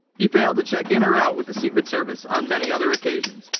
he failed to check in or out with the secret service. on many other occasions,